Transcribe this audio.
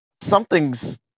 something's